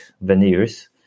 veneers